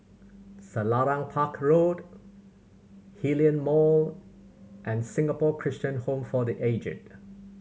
Selarang Park Road Hillion Mall and Singapore Christian Home for The Aged